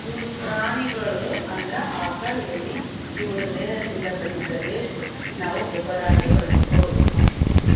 ಪ್ರಾಣಿಗಳ್ದು ಅಂದ್ರ ಆಕಳ್ ಎಮ್ಮಿ ಇವುದ್ರ್ ದೇಹದಿಂದ್ ಬಂದಿದ್ದ್ ವೆಸ್ಟ್ ನಾವ್ ಗೊಬ್ಬರಾಗಿ ಬಳಸ್ಬಹುದ್